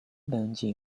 będzie